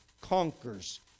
conquers